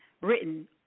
written